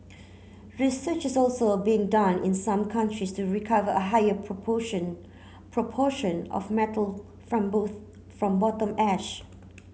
research is also being done in some countries to recover a higher proportion proportion of metal from both from bottom ash